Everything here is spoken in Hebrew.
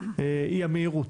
היא המהירות.